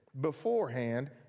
beforehand